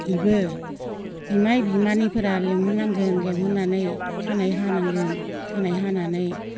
इबो बिमाइ बिमानैफोरा लिंहर नांगोन लिंहरनानै खानाय हानांगोन खानाय हानानै